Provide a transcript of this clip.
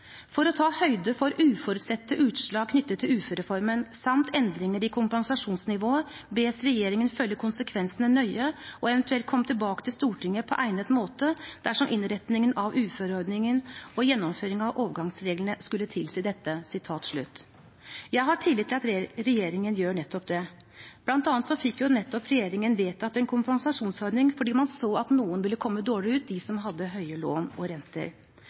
for å ta høyde for uforutsette utslag knyttet til uførereformen samt endringer i kompensasjonsnivået, bes regjeringen følge konsekvensene nøye og eventuelt komme tilbake til Stortinget på egnet måte dersom innretningen av uføreordningen og gjennomføringen av overgangsreglene skulle tilsi dette.» Jeg har tillit til at regjeringen gjør nettopp det. Blant annet fikk nettopp regjeringen vedtatt en kompensasjonsordning fordi man så at noen ville komme dårligere ut: de som hadde høye lån og renter.